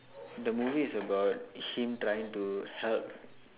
the movie is about him trying to help